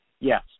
Yes